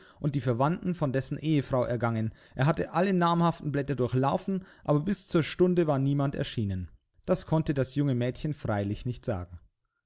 und die verwandten von dessen ehefrau ergangen er hatte alle namhaften blätter durchlaufen aber bis zur stunde war niemand erschienen das konnte das junge mädchen freilich nicht sagen